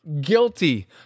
guilty